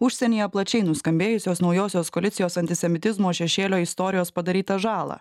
užsienyje plačiai nuskambėjusios naujosios koalicijos antisemitizmo šešėlio istorijos padarytą žalą